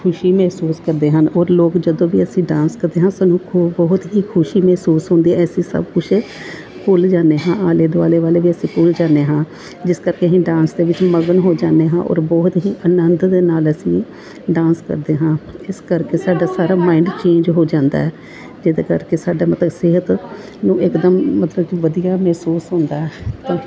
ਖੁਸ਼ੀ ਮਹਿਸੂਸ ਕਰਦੇ ਹਨ ਔਰ ਲੋਕ ਜਦੋਂ ਵੀ ਅਸੀਂ ਡਾਂਸ ਕਰਦੇ ਹਾਂ ਸਾਨੂੰ ਖੋ ਬਹੁਤ ਹੀ ਖੁਸ਼ੀ ਮਹਿਸੂਸ ਹੁੰਦੀ ਅਸੀਂ ਸਭ ਕੁਛ ਭੁੱਲ ਜਾਂਦੇ ਹਾਂ ਆਲੇ ਦੁਆਲੇ ਵਾਲੇ ਵੀ ਅਸੀਂ ਭੁੱਲ ਜਾਂਦੇ ਹਾਂ ਜਿਸ ਕਰਕੇ ਅਸੀਂ ਡਾਂਸ ਦੇ ਵਿੱਚ ਮਗਨ ਹੋ ਜਾਂਦੇ ਹਾਂ ਔਰ ਬਹੁਤ ਹੀ ਆਨੰਦ ਦੇ ਨਾਲ ਅਸੀਂ ਡਾਂਸ ਕਰਦੇ ਹਾਂ ਇਸ ਕਰਕੇ ਸਾਡਾ ਸਾਰਾ ਮਾਇੰਡ ਚੇਂਜ ਹੋ ਜਾਂਦਾ ਜਿਹਦੇ ਕਰਕੇ ਸਾਡੇ ਮਤਲਬ ਸਿਹਤ ਨੂੰ ਇਕਦਮ ਮਤਲਬ ਕਿ ਵਧੀਆ ਮਹਿਸੂਸ ਹੁੰਦਾ ਪਰ